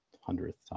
hundredth